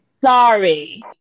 sorry